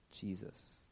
Jesus